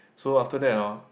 so after that hor